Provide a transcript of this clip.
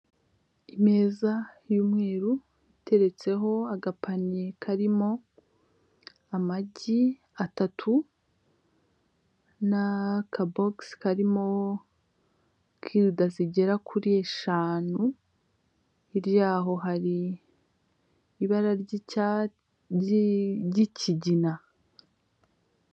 Imeza y'umweru iteretseho agapaniye karimo amagi atatu n'akabogisi karimo kirida zigera kuri eshanu, hirya yaho hari ibara ry'ikigina.